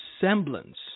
semblance